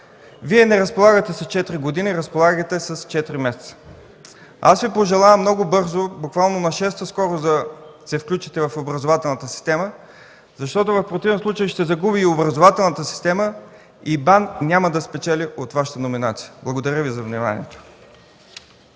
Вие не разполагате с четири години, а с четири месеца. Аз Ви пожелавам много бързо, буквално на шеста скорост, да се включите в образователната система. В противен случай ще загуби образователната система и БАН няма да спечели от Вашата номинация. Благодаря Ви за вниманието.